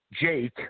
Jake